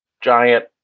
giant